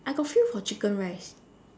I got feel for chicken rice